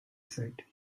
said